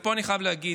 ופה אני חייב להגיד,